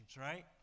right